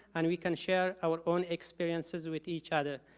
and we can share our own experiences with each other.